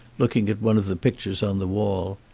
looking at one of the pictures on the wall.